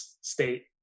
State